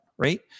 right